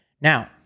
Now